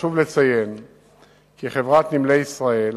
חשוב לציין כי חברת "נמלי ישראל",